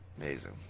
Amazing